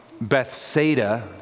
Bethsaida